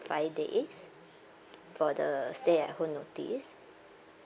five days for the stay at home notice